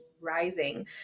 rising